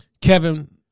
Kevin